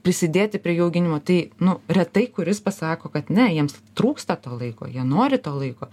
prisidėti prie jų auginimo tai nu retai kuris pasako kad ne jiems trūksta to laiko jie nori to laiko